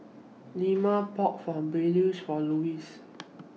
Leoma bought Pulao For Lois